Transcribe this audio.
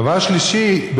דבר שלישי,